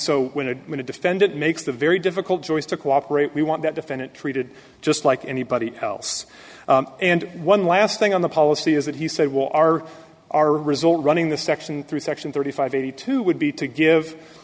so when a minute defendant makes a very difficult choice to cooperate we want that defendant treated just like anybody else and one last thing on the policy is that he said will are our result running the section through section thirty five eighty two would be to